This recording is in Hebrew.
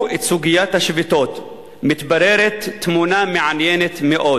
את סוגיית השביתות מתבררת תמונה מעניינת מאוד: